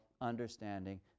understanding